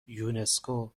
یونسکو